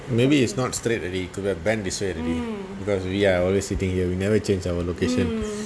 maybe it's not straight already could have bent this way already because we are always sitting here we never change our location